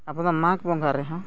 ᱟᱵᱚᱫᱚ ᱢᱟᱜᱽ ᱵᱚᱸᱜᱟ ᱨᱮᱦᱚᱸ